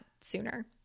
sooner